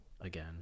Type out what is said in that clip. again